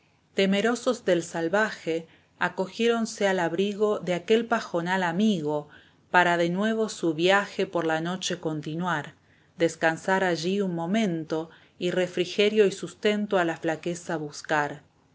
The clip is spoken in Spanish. temerosos del salvaje acogiéronse al abrigo de aquel pajonal amigo para de nuevo su viaje por la noche continuar descansar allí un momento y refrigerio y sustento a la flaqueza buscar